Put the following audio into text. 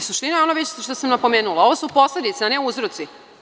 Suština je ono što sam napomenula, ovo su posledice, a ne uzroci.